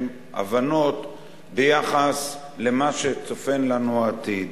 ולהבנות כלשהן ביחס למה שצופן לנו העתיד.